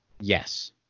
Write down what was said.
Yes